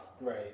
Right